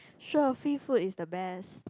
sure free food is the best